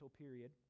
period